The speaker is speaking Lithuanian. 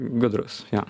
gudrūs jo